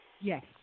Yes